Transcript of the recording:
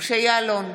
משה יעלון,